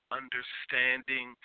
understanding